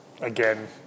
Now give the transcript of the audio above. again